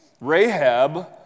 Rahab